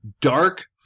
Dark